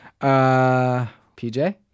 PJ